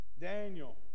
Daniel